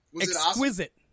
Exquisite